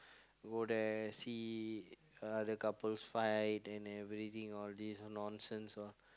go there see other couples fight and everything all these nonsense ah